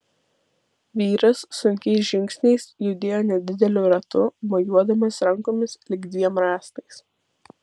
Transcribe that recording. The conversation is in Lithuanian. vyras sunkiais žingsniais judėjo nedideliu ratu mojuodamas rankomis lyg dviem rąstais